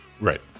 Right